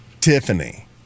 Tiffany